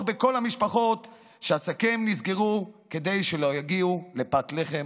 בכל המשפחות שעסקיהן נסגרו כדי שלא יגיעו לפת לחם.